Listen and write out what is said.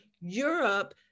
Europe